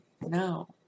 no